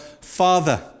Father